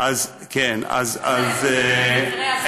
לקצר, זו השאלה שלי, מדוע שלא יקצר?